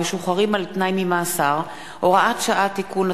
ומשוחררים על-תנאי ממאסר (הוראת שעה) (תיקון),